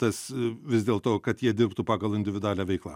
tas vis dėlto kad jie dirbtų pagal individualią veiklą